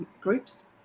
groups